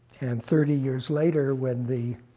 and thirty years later when the